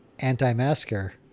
anti-masker